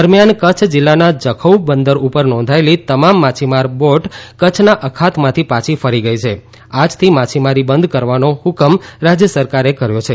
દરમ્યાનકચ્છ જિલ્લાના જખૌ બંદર ઉપર નોંધાયેલી તમામ માછીમાર બોટ કચ્છના અખાતમાંથી પાછી ફરી ગઈ છે આજથી માછીમારી બંધ કરવાનો હૃકમ રાજ્ય સરકારે કર્યો છે